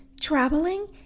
traveling